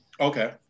Okay